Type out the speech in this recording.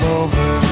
over